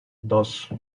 dos